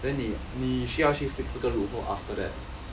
then 你你需要去 fix 这个 loophole after that